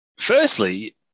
Firstly